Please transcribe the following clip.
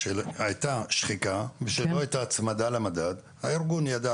שכשהייתה שחיקה ושינו את ההצמדה למדד הארגון ידע